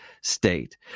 state